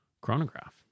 chronograph